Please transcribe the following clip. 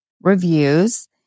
reviews